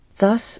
Thus